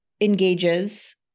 engages